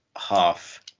half